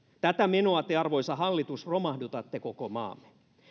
tätä menoa te arvoisa hallitus romahdutatte koko maamme